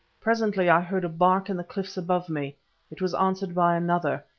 presently i heard a bark in the cliffs above me it was answered by another,